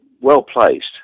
well-placed